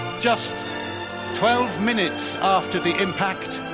just twelve minutes after the impact,